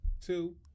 two